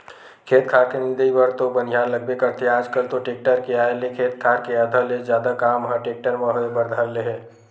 खेत खार के निंदई बर तो बनिहार लगबे करथे आजकल तो टेक्टर के आय ले खेत खार के आधा ले जादा काम ह टेक्टर म होय बर धर ले हे